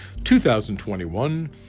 2021